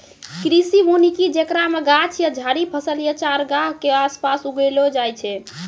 कृषि वानिकी जेकरा मे गाछ या झाड़ि फसल या चारगाह के आसपास उगैलो जाय छै